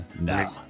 No